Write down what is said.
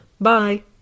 Bye